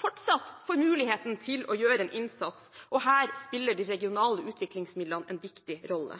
fortsatt får muligheten til å gjøre en innsats, og her spiller de regionale utviklingsmidlene en viktig rolle.